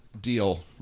deal